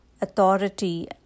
authority